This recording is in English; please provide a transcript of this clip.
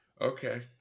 Okay